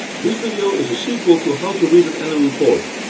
this video is a sequel to how to read an annual report,